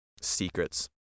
secrets